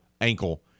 ankle